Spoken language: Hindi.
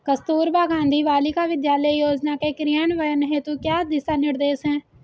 कस्तूरबा गांधी बालिका विद्यालय योजना के क्रियान्वयन हेतु क्या दिशा निर्देश हैं?